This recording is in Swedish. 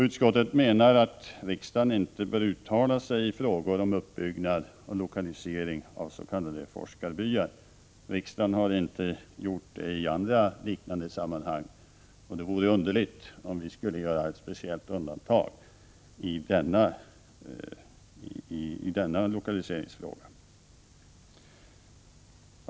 Utskottet menar att riksdagen inte bör uttala sig i frågor om uppbyggnad och lokalisering av s.k. forskarbyar. Riksdagen har inte gjort det i andra liknande sammanhang och det vore underligt om vi skulle göra ett speciellt undantag i denna fråga.